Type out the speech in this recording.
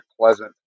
pleasant